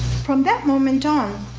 from that moment on,